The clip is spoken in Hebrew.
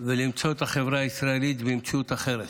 ולמצוא את החברה הישראלית במציאות אחרת.